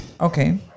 Okay